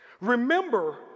Remember